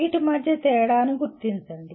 వీటి మధ్య తేడాను గుర్తించండి